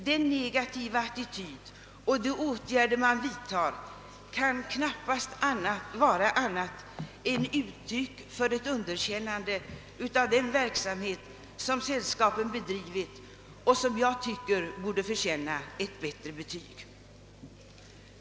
Den negativa attityd man visar och de åtgärder som vidtas kan knappast vara annat än uttryck för ett underkännande av den verksamhet som sällskapen be drivit och som jag tycker borde förtjäna ett bättre betyg.